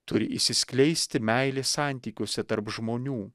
turi išsiskleisti meilės santykiuose tarp žmonių